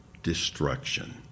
destruction